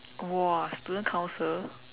!wah! student council